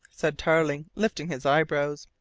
said tarling, lifting his eyebrows.